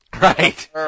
Right